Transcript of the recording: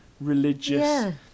religious